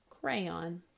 crayon